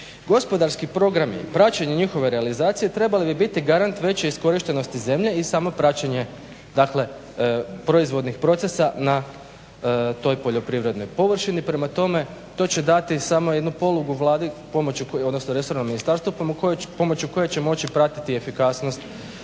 Gospodarski programi i praćenje njihove realizacije trebalo bi biti garant veće iskorištenosti zemlje i samo praćenje, dakle proizvodnih procesa na toj poljoprivrednoj površini. Prema tome to će dati samo jednu polugu vladi odnosno resornom ministarstvu pomoću koje će moći pratiti efikasnost